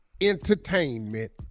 entertainment